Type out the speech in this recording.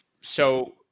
So-